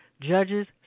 Judges